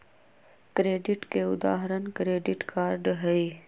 credit के उदाहरण credit card हई